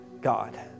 God